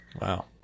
Wow